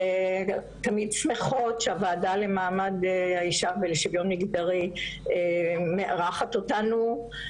ותמיד שמחות שהוועדה למעמד האישה ולשוויון מגדרי מארחת אותנו.